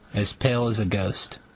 as pale as a ghost.